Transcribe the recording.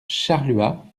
charluat